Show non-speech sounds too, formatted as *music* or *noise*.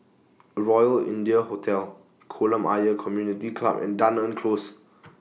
Royal India Hotel Kolam Ayer Community Club and Dunearn Close *noise*